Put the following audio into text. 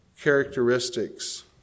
characteristics